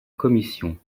commission